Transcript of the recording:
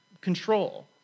control